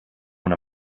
when